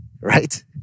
Right